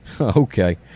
okay